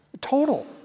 Total